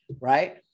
Right